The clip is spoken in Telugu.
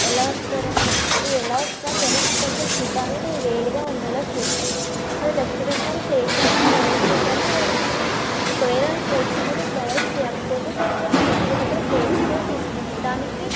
ఎలా వస్తారండీ మీరు ఎలా వచ్చిన సరే మాకు కొంచెం ఫుడ్ అనేది వేడిగా ఉండేలా చూడండి అక్కడ రెస్టారెంట్ వాళ్ళు ప్లేట్స్ అనేవి ప్రొవైడ్ చేసారా లేదా అండి ఒకవేళ వాళ్ళు ప్లేట్స్ అనేవి ప్రొవైడ్ చేయకపోతే కొంచెం మీరు వచ్చేటప్పుడు ప్లేట్స్ కూడా తీసుకురండి దానికి